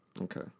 Okay